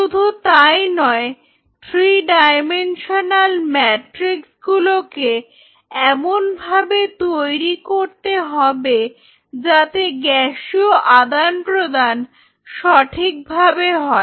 শুধু তাই নয় থ্রি ডাইমেনশনাল ম্যাট্রিক্স গুলোকে এমন ভাবে তৈরি করতে হবে যাতে গ্যাসীয় আদান প্রদান সঠিকভাবে হয়